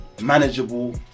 manageable